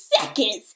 seconds